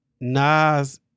Nas